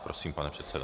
Prosím, pane předsedo.